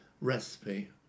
recipe